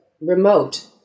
remote